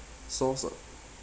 source uh